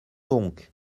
donc